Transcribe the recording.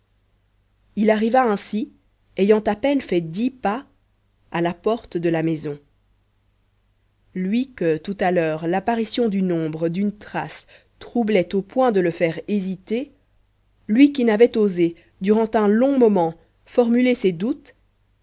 il arriva ainsi ayant à peine fait dix pas à la porte de la maison lui que tout à l'heure l'apparition d'une ombre d'une trace troublait au point de le faire hésiter lui qui n'avait osé durant un long moment formuler ses doutes